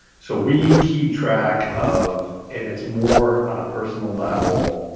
so we keep track of and it's more on a personal level,